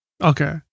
Okay